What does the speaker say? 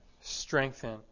strengthen